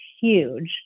huge